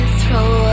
throw